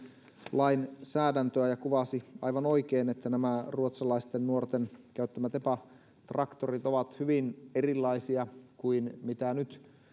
lainsäädäntöä ja kuvasi aivan oikein että nämä ruotsalaisten nuorten käyttämät epa traktorit ovat hyvin erilaisia kuin mitä nyt